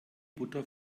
butter